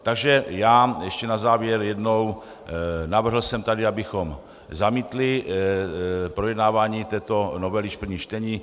Takže ještě na závěr jednou: Navrhl jsem tady, abychom zamítli projednávání této novely již v prvním čtení.